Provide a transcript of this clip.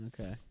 Okay